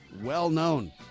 Well-known